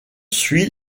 suit